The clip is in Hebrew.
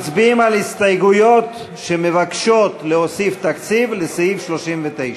מצביעים על הסתייגויות שמבקשות להוסיף תקציב לסעיף 39,